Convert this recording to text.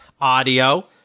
audio